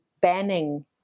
banning